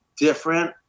different